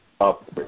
up